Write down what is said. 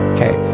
Okay